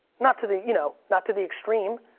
not to the you know, not to the extreme.